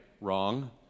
Wrong